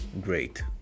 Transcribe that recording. great